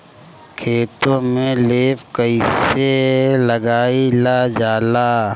खेतो में लेप कईसे लगाई ल जाला?